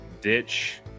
ditch